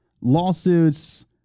lawsuits